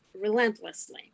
relentlessly